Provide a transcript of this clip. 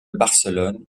barcelone